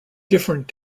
different